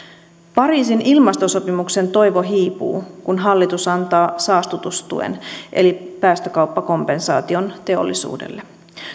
pariisin ilmastosopimuksen toivo hiipuu kun hallitus antaa saastutustuen eli päästökauppakompensaation teollisuudelle